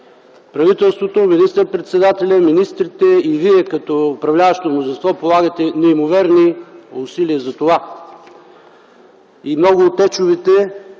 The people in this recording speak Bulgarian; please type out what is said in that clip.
Правителството, министър-председателят, министрите и вие, като управляващо мнозинство, полагате неимоверни усилия за това. И много от течовете,